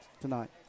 tonight